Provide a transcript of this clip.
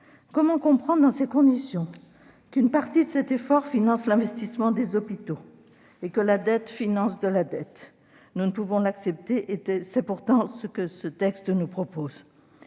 comment comprendre qu'une partie de cet effort finance l'investissement des hôpitaux et que la dette finance de la dette ? Nous ne pouvons l'accepter et c'est pourtant ce que ce texte nous propose.